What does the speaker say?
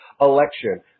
election